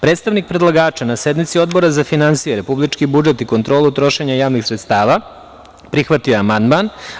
Predstavnik predlagača na sednici Odbora za finansije republički budžet i kontrolu trošenja javnih sredstava prihvatio je amandman.